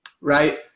right